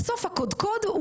בסוף הקודקוד,